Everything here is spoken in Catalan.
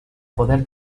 poder